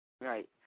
Right